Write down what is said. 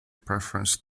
preference